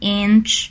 inch